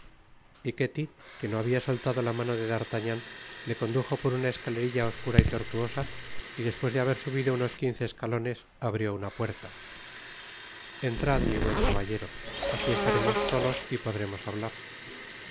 y ketty que no habia soltado la mano de d'artagnan le condujo por una escaierilla oscura y tortuosa y despues de haber subido unos quince escalones abrió una puerta entrad mi buen caballero aqui estaremos solos y podremos hablar